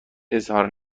اظهار